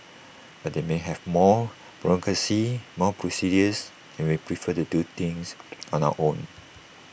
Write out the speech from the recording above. but they may have more bureaucracy more procedures and we prefer to do things on our own